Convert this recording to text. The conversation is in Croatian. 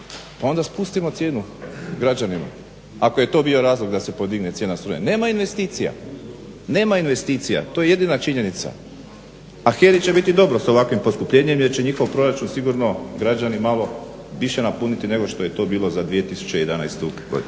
onda spustimo cijenu građanima ako je to bio razlog da se podigne cijena struje. Nema investicija, nema investicija to je jedina činjenica. A HERA-i će biti dobro s ovakvim poskupljenjem jer će njihov proračun sigurno građani malo više napuniti nego što je bilo za 2011. godinu.